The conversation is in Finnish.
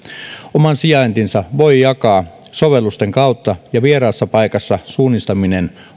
oman sijaintinsa voi jakaa sovellusten kautta ja vieraassa paikassa suunnistaminen